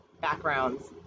backgrounds